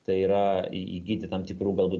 tai yra į įgyti tam tikrų galbūt